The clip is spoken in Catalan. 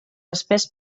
espès